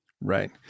Right